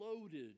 loaded